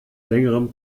längerem